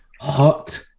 hot